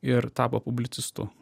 ir tapo publicistu